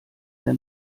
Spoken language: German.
der